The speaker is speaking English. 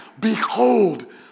behold